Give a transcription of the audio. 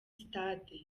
sitade